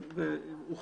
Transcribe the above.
מקום עם המון המון ילדים,